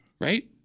Right